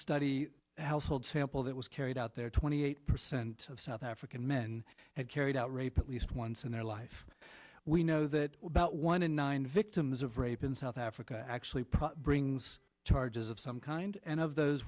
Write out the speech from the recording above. study household sample that was carried out there twenty eight percent of south african men had carried out rape at least once in their life we know that about one in nine victims of rape in south africa actually probably charges of some kind and of those